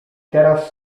teraz